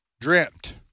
Dreamt